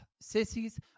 Sissies